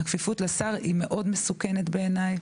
הכפיפות לשר היא מאוד מסוכנת בעיניי.